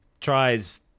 tries